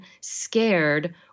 scared